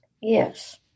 Yes